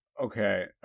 Okay